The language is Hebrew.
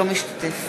אינו משתתף